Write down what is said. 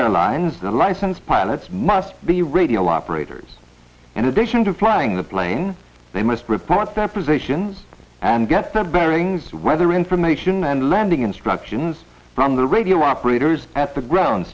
airlines the licensed pilots must be radio operators in addition to flying the plane they must report their positions and get their bearings weather information and lending instructions from the radio operators at the ground